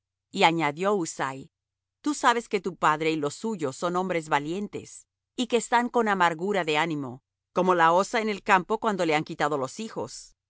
y añadió husai tú sabes que tu padre y los suyos son hombres valientes y que están con amargura de ánimo como la osa en el campo cuando le han quitado los hijos